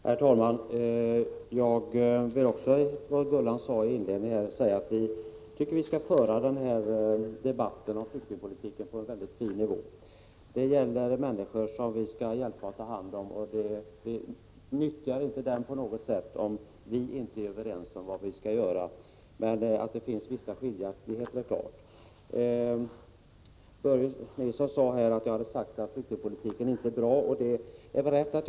Herr talman! Jag vill instämma i vad Gullan Lindblad sade i inledningen till sin replik — vi skall föra debatten om flyktingpolitiken på ett fint sätt. Den gäller människor som vi skall hjälpa och ta hand om, och det nyttjar inte på något sätt dem om vi inte är överens om vad vi skall göra. Att det finns vissa skiljaktigheter är klart. Börje Nilsson sade att jag hade sagt att flyktingpolitiken inte är bra. Det är riktigt.